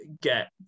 get